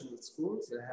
schools